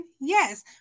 yes